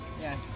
Yes